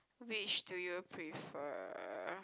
which do you prefer